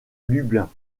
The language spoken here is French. lublin